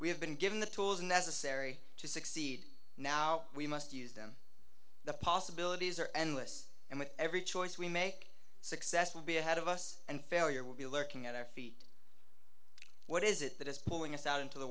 have been given the tools necessary to succeed now we must use them the possibilities are endless and with every choice we make success will be ahead of us and failure will be lurking at our feet what is it that is pulling us out into the